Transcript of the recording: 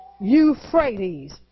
Euphrates